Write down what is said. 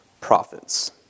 prophets